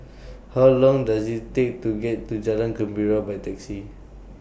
How Long Does IT Take to get to Jalan Gembira By Taxi